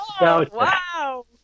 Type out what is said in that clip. Wow